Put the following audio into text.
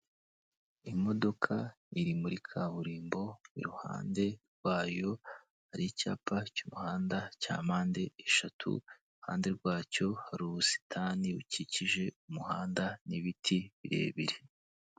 Imodoka iri muri kaburimbo, iruhande rwayo hari icyapa cy'umuhanda cya mpande eshatu, iruhande rwacyo hari ubusitani bukikije umuhanda n'ibiti birebire.